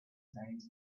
signs